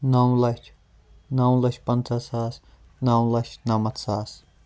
نو لچھ نو لچھ پَنٛژاہ ساس نَو لچھ نَمَتھ ساس